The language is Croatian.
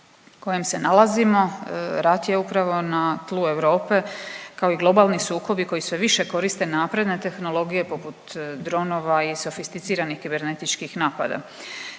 kojem se nalazimo rat je upravo na tlu Europe kao i globalni sukobi koji sve više koriste napredne tehnologije poput dronova i sofisticiranih kibernetičkih napada.